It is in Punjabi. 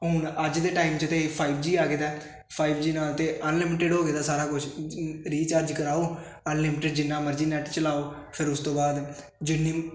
ਹੁਣ ਅੱਜ ਦੇ ਟਾਈਮ 'ਚ ਤੇ ਫਾਈਵ ਜੀ ਆ ਗਿਆ ਫਾਈਵ ਜੀ ਨਾਲ ਤੇ ਅਨਲਿਮਿਟਿਡ ਹੋ ਗਏ ਦਾ ਸਾਰਾ ਕੁਛ ਰੀਚਾਰਜ ਕਰਾਓ ਅਨਲਿਮਿਟ ਜਿੰਨਾ ਮਰਜ਼ੀ ਨੈਟ ਚਲਾਓ ਫਿਰ ਉਸ ਤੋਂ ਬਾਅਦ ਜਿੰਨੀ